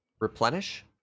replenish